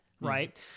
right